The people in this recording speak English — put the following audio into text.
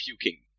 puking